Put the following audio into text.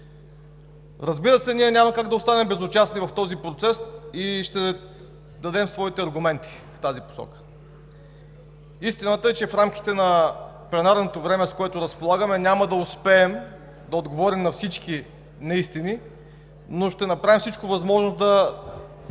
Разбира се, ние няма как да останем безучастни в този процес и ще дадем своите аргументи в тази посока. Истината е, че в рамките на пленарното време, с което разполагаме, няма да успеем да отговорим на всички неистини, но ще направим всичко възможно да